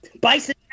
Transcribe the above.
Bison